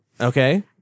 Okay